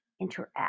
interact